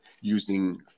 using